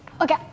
Okay